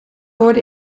hoorde